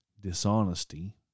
dishonesty